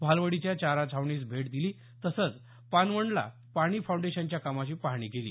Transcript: भालवडीच्या चारा छावणीस भेट दिली तसंच पानवणला पाणी फाउंडेशनच्या कामाची पाहणी केली